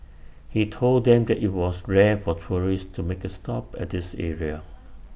he told them that IT was rare for tourists to make A stop at this area